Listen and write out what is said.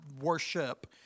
worship